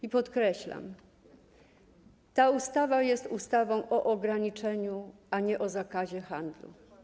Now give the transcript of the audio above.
I podkreślam: ta ustawa jest ustawą o ograniczeniu, a nie o zakazie handlu.